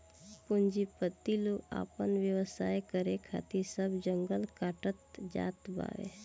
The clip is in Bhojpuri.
पूंजीपति लोग आपन व्यवसाय करे खातिर सब जंगल काटत जात बावे